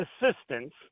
assistance